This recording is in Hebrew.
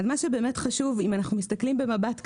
מה שבאמת חשוב, אם אנחנו מסתכלים במבט קדימה,